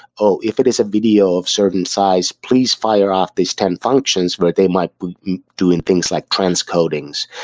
oh! if it is a video of certain size, please fire off these ten functions where they might be doing things like transcodings.